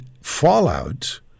fallout